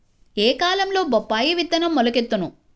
ఏ కాలంలో బొప్పాయి విత్తనం మొలకెత్తును?